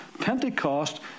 Pentecost